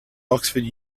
oxford